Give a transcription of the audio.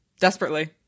Desperately